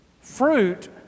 Fruit